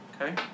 Okay